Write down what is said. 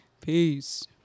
Peace